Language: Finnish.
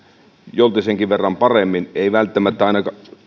joltisenkin verran paremmin eivät välttämättä